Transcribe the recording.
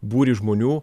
būrį žmonių